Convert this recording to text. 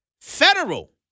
federal